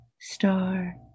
star